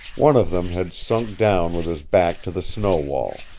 one of them had sunk down with his back to the snow wall.